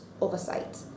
oversight